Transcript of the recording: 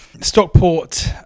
Stockport